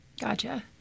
Gotcha